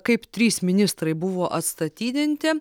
kaip trys ministrai buvo atstatydinti